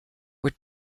were